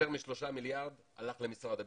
יותר משלושה מיליארד הלך למשרד הביטחון,